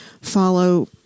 follow